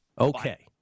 Okay